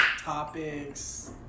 topics